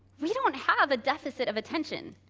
we don't have a deficit of attention!